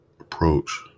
approach